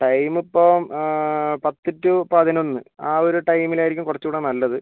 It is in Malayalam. ടൈമിപ്പം പത്ത് ടു പതിനൊന്ന് ആ ഒരു ടൈമിലായിരിക്കും കുറച്ചൂടെ നല്ലത്